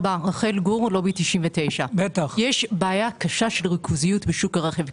לובי 99. יש בעיה קשה של ריכוזיות בשוק הרכב.